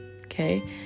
okay